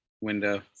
window